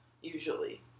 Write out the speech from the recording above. usually